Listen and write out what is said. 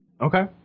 okay